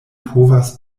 povas